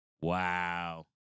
wow